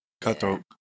cutthroat